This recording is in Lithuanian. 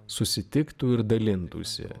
susitiktų ir dalintųsi